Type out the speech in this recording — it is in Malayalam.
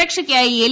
സുരക്ഷയ്ക്കായി എൽ